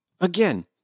Again